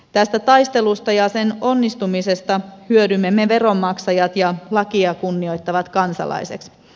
tästä taistelusta ja sen onnistumisesta hyödymme me veronmaksajat ja lakia kunnioittavat kansalaiset